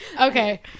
okay